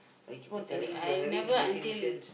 but it keep on telling you you are having imaginations